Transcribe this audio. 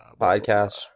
podcast